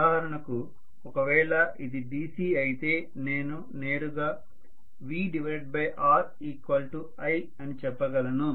ఉదాహరణకు ఒకవేళ ఇది DC అయితే నేను నేరుగా VRi అని చెప్పగలను